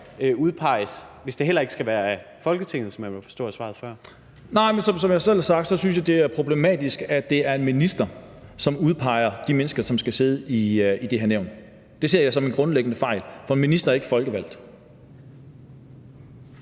Kjærsgaard): Ordføreren. Kl. 11:51 Lars Boje Mathiesen (NB): Som jeg selv har sagt, synes jeg, det er problematisk, at det er en minister, som udpeger de mennesker, som skal sidde i det her nævn. Det ser jeg som en grundlæggende fejl, for en minister er ikke folkevalgt.